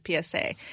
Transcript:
PSA